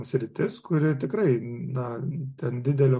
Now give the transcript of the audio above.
sritis kuri tikrai na ten didelio